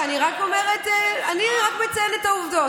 אני רק מציינת את העובדות,